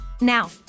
Now